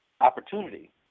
opportunity